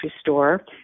store